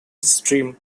stream